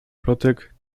plotek